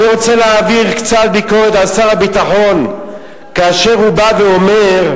אני רוצה להעביר קצת ביקורת על שר הביטחון כאשר הוא בא ואומר: